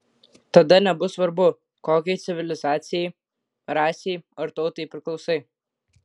tada nebus svarbu kokiai civilizacijai rasei ar tautai priklausai